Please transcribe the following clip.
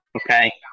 okay